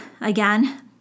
again